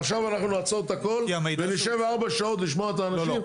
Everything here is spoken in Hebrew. עכשיו אנחנו נעצור את הכל ונשבע 4 שעות לשמוע את האנשים?